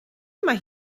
mae